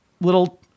little